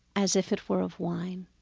as if it were of wine